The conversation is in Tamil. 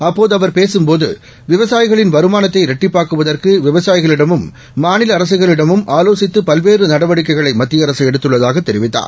அப்போதுஅவர்பேசும்போது விவசாயிகளின்வருமானத்தைஇரட்டிப்பாக்குவதற்கு விவசாயிகளிடமும் மாநிலஅரசுகளிடமும்ஆலோசித்துபல்வேறுநடவடிக்கைகளை மத்தியஅரசுஎடுத்துள்ளதாகதெரிவித்தார்